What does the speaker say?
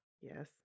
Yes